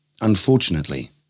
unfortunately